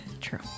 True